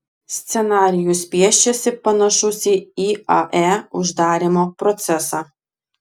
scenarijus piešiasi panašus į iae uždarymo procesą